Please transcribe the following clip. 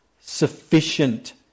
sufficient